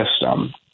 system